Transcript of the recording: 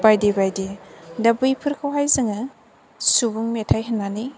बायदि बायदि दा बैफोरखौहाय जोङो सुबुं मेथाइ होननानै